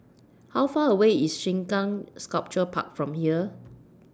How Far away IS Sengkang Sculpture Park from here